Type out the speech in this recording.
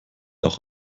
auch